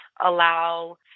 allow